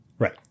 Right